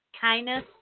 kindness